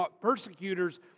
persecutors